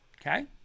okay